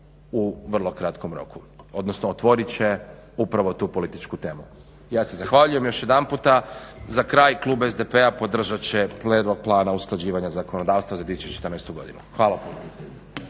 u vrlo kratkom roku, odnosno otvorit će upravo tu političku temu. Ja se zahvaljujem još jedanput. Za kraj klub SDP-a podržat će prijedlog Plana usklađivanja zakonodavstva za 2014. godinu. Hvala puno.